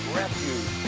refuge